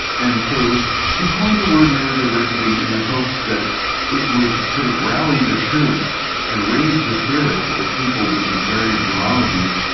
and so she coined the word neurodiversity in the hopes that it would sort of rally the troops and raise the spirits of people with these variant neurologies,